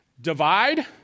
Divide